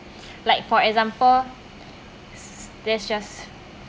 like for example there's just